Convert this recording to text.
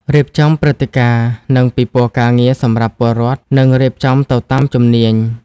រៀបចំព្រឹត្តិការណ៍ និងពិព័រណ៍ការងារសម្រាប់ពើរដ្ឋ និងរៀបចំទៅតាមជំនាញ។